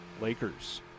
Lakers